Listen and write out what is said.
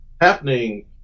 happening